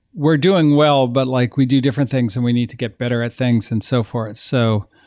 we're doing well, but like we do different things and we need to get better at things and so forth. so